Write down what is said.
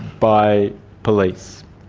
by police?